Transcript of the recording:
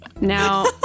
Now